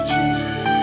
Jesus